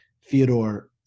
fyodor